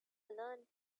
learned